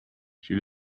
she